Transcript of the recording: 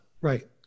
Right